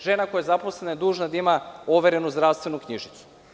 Žena koja je zaposlena je dužna da ima overenu zdravstvenu knjižicu.